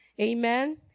Amen